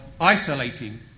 isolating